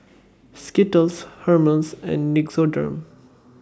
Skittles Hermes and Nixoderm